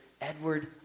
Edward